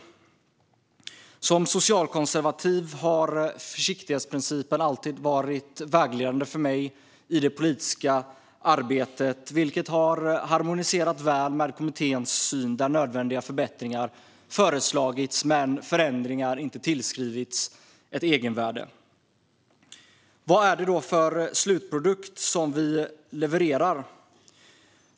För mig som socialkonservativ har försiktighetsprincipen alltid varit vägledande i mitt politiska arbete. Det har harmoniserat väl med kommitténs syn där nödvändiga förbättringar har föreslagits men förändringar inte har tillskrivits ett egenvärde. Vad är det då för slutprodukt som vi levererar?